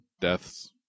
deaths